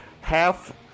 half